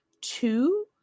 two